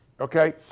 okay